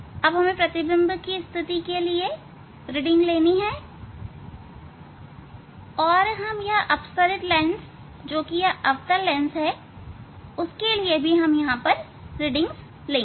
अब हमें प्रतिबिंब की स्थिति के लिए रीडिंग लेनी हैं और हम अपसरित लेंस जो कि अवतल लेंस है उसके लिए भी रीडिंग लेंगे